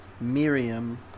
Miriam